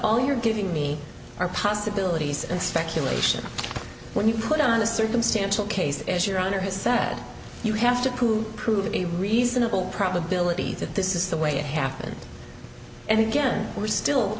all you're giving me are possibilities and speculation when you put on a circumstantial case as your honor has sad you have to prove to be a reasonable probability that this is the way it happened and again we're still